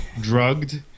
drugged